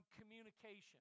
communication